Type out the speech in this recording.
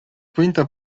quinta